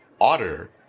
otter